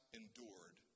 endured